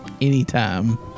Anytime